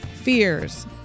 fears